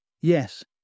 Yes